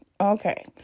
okay